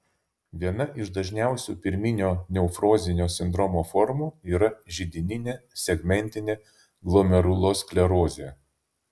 viena iš dažniausių pirminio nefrozinio sindromo formų yra židininė segmentinė glomerulosklerozė